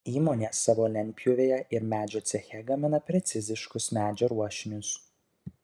įmonė savo lentpjūvėje ir medžio ceche gamina preciziškus medžio ruošinius